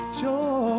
joy